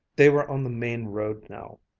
they were on the main road now,